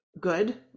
good